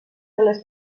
les